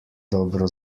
dobro